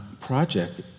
project